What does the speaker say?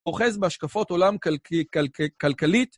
מוחז בשקפות עולם כלכלית.